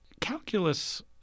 Calculus